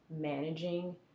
managing